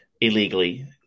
illegally